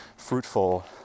fruitful